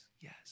yes